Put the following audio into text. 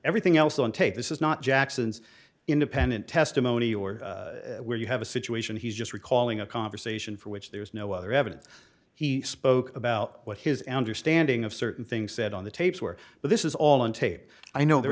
everything else on tape this is not jackson's independent testimony or where you have a situation he's just recalling a conversation for which there was no other evidence he spoke about what his an understanding of certain things said on the tapes were but this is all on tape i know there